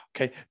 Okay